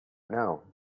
know